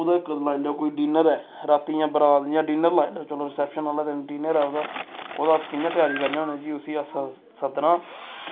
ओह्दे कोल लाई लैओ कोई डिनर ऐ रातीं ऐ बरात इ'यां डिनर लाई लैओ चलो रिसैप्शन आह्ला दिन डिनर ऐ ओह्दा ओह्दा अस कि'यां त्यारी करने होन्ने जी उसी अस सद्दना